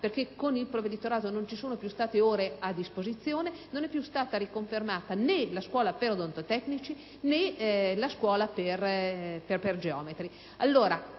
poiché con il provveditorato non ci sono più state ore a disposizione, non sono state più confermate né la scuola per odontotecnici né quella per geometri.